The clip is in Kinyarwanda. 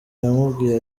yamubwiye